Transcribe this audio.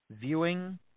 viewing